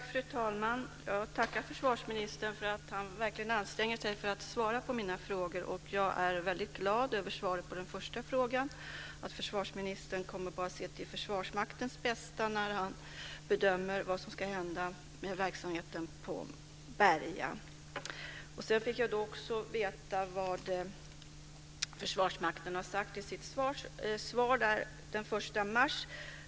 Fru talman! Jag tackar försvarsministern för att han verkligen anstränger sig för att svara på mina frågor. Jag är väldigt glad över svaret på den första frågan, dvs. att försvarsministern bara kommer att se till Försvarsmaktens bästa när han bedömer vad som ska hända med verksamheten på Berga. Sedan fick jag också veta vad Försvarsmakten hade sagt i sitt svar den 1 mars.